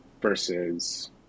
versus